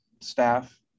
staff